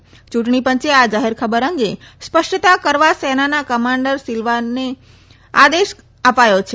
યુંટણી પંચે આ જાહેર ખબર અંગે સ્પષ્ટતા કરવા સેનાના કમાન્ડર સિલવાને આદેશ આપ્યો છે